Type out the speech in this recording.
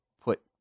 put